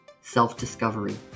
self-discovery